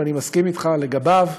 ואני מסכים אתך לגביו.